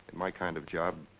my kind of job,